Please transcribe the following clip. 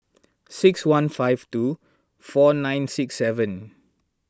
six one five two four nine six seven